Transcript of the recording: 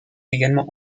également